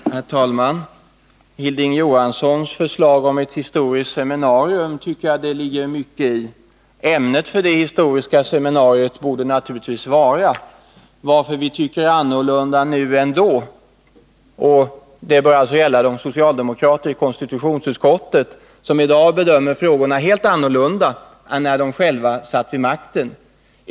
Herr talman! Hilding Johanssons förslag om ett historiskt seminarium tycker jag det ligger mycket i. Ämnet för det historiska seminariet borde naturligtvis vara varför socialdemokraterna nu tycker annorlunda än då. Det bör alltså gälla de socialdemokrater i konstitutionsutskottet som i dag bedömer frågorna helt annorlunda än när de själva satt vid makten.